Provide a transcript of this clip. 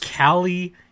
Callie